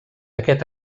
aquest